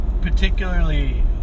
particularly